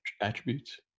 attributes